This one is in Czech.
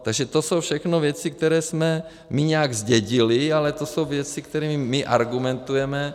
Takže to jsou všechno věci, které jsme my nějak zdědili, ale to jsou věci, kterými my argumentujeme.